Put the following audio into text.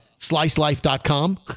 SliceLife.com